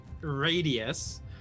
radius